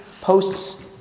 posts